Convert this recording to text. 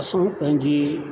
असां पंहिंजी